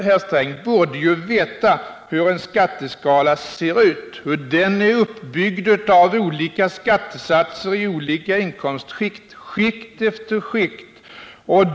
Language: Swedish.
Herr Sträng borde veta hur en skatteskala ser ut. Den är uppbyggd av olika skattesatser i olika inkomstskikt, skikt efter skikt.